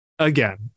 Again